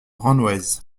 renwez